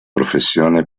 professione